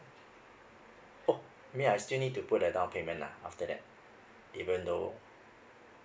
oh you mean I still need to put that down payment ah after that even though